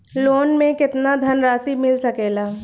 Loan मे केतना धनराशी मिल सकेला?